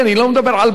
אני לא מדבר על ביצים,